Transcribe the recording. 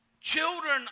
children